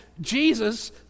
Jesus